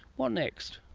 what next?